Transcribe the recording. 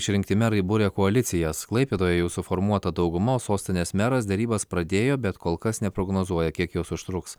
išrinkti merai buria koalicijas klaipėdoje jau suformuota dauguma o sostinės meras derybas pradėjo bet kol kas neprognozuoja kiek jos užtruks